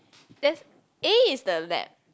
there's A is the lab